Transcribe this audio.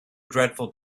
dreadful